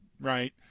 right